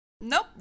Nope